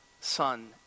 son